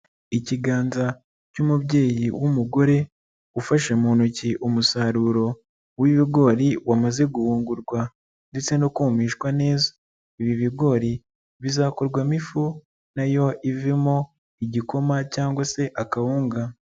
Ikiganza cy'umubyeyi w'umugore ufashe mu ntoki umusaruro w'ibigori wamaze guhungurwa ndetse no kumishwa neza, ibi bigori bizakorwamo ifu na yo ivemo igikoma cyangwa se akawunga.